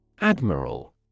Admiral